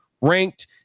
ranked